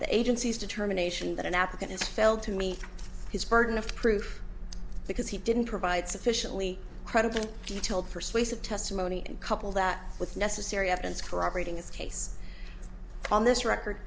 the agency's determination that an applicant has failed to meet his burden of proof because he didn't provide sufficiently credible detailed persuasive testimony and couple that with necessary evidence corroborating his case on this record